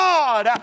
God